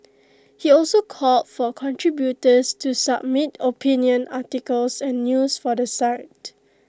he also called for contributors to submit opinion articles and news for the site